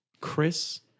Chris